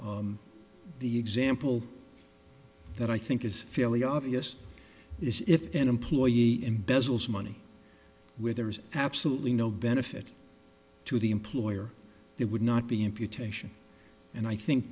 o the example that i think is fairly obvious is if an employee embezzles money where there's absolutely no benefit to the employer it would not be imputation and i think